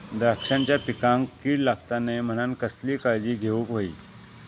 द्राक्षांच्या पिकांक कीड लागता नये म्हणान कसली काळजी घेऊक होई?